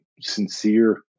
sincere